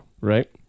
right